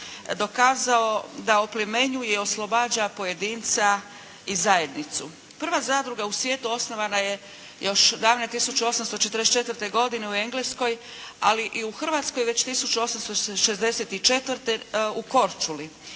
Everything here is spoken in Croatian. dokazao da oplemenjuje i oslobađa pojedinca i zajednicu. Prva zadruga u svijetu osnovana je još davne 1844. godine u Engleskoj, ali i u Hrvatskoj već 1864. u Korčuli,